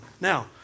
Now